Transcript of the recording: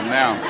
now